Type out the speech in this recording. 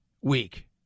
week